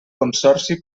consorci